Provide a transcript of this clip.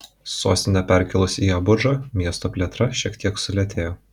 sostinę perkėlus į abudžą miesto plėtra šiek tiek sulėtėjo